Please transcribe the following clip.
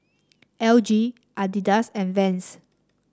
L G Adidas and Vans